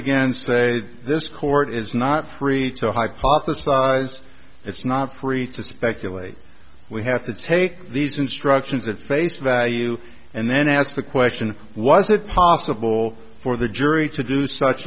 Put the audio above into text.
again say this court is not free to hypothesize it's not free to speculate we have to take these instructions at face value and then ask the question was it possible for the jury to do such